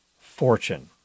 fortune